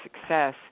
success